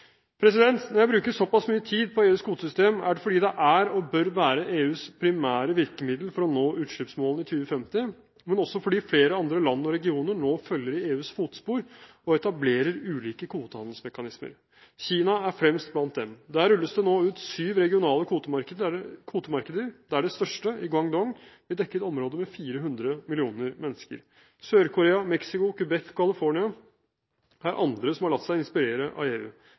Når jeg bruker såpass mye tid på EUs kvotesystem, er det fordi det er og bør være EUs primære virkemiddel for å nå utslippsmålene i 2050, men også fordi flere andre land og regioner nå følger i EUs fotspor og etablerer ulike kvotehandelsmekanismer. Kina er fremst blant dem. Der rulles det nå ut syv regionale kvotemarkeder, der det største, i Guangdong, vil dekke et område med 400 millioner mennesker. Sør-Korea, Mexico, Quebec og California er andre som har latt seg inspirere av EU.